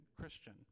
Christian